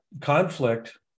conflict